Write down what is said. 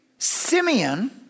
Simeon